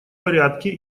порядке